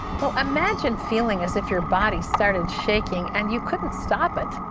imagine feeling as if your body started shaking and you couldn't stop it?